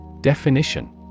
Definition